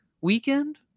weekend